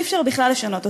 אי-אפשר בכלל לשנות אותו.